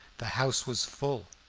the house was full.